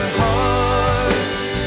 hearts